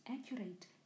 accurate